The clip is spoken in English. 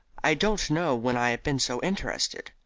i don't know when i have been so interested.